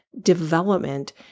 development